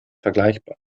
vergleichbar